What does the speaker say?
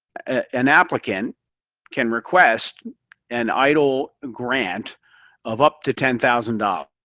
an applicant can request an eidl grant of up to ten thousand dollars.